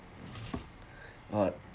what